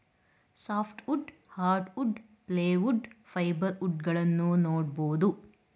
soft wood, hard wood, ply wood, fibre wood ಗಳನ್ನೂ ನೋಡ್ಬೋದು